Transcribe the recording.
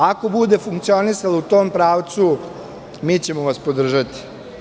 Ako bude funkcionisalo u tom pravcu, mi ćemo vas podržati.